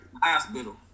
hospital